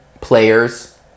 players